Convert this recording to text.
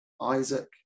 Isaac